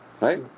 Right